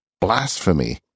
Blasphemy